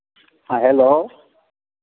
हाँ हेलो